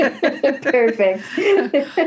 Perfect